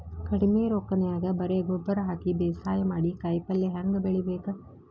ಕಡಿಮಿ ರೊಕ್ಕನ್ಯಾಗ ಬರೇ ಗೊಬ್ಬರ ಹಾಕಿ ಬೇಸಾಯ ಮಾಡಿ, ಕಾಯಿಪಲ್ಯ ಹ್ಯಾಂಗ್ ಬೆಳಿಬೇಕ್?